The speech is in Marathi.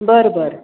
बरं बरं